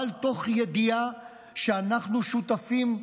אבל תוך ידיעה שאנחנו שותפים,